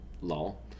lol